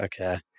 okay